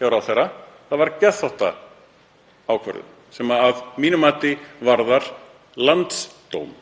hjá ráðherra, það var geðþóttaákvörðun sem að mínu mati varðar landsdóm